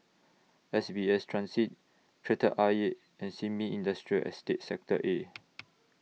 S B S Transit Kreta Ayer and Sin Ming Industrial Estate Sector A